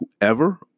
whoever